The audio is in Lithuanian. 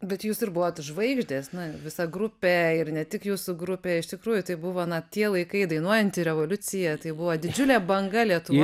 bet jūs ir buvot žvaigždės na visa grupė ir ne tik jūsų grupė iš tikrųjų tai buvo na tie laikai dainuojanti revoliucija tai buvo didžiulė banga lietuva